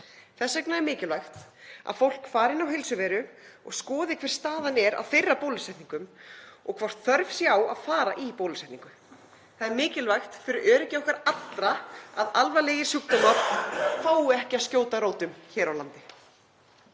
Þess vegna er mikilvægt að fólk fari inn á Heilsuveru og skoði hver staðan er á bólusetningum hjá sér og hvort þörf sé á að fara í bólusetningu. Það er mikilvægt fyrir öryggi okkar allra að alvarlegir sjúkdómar fái ekki að skjóta rótum hér á landi.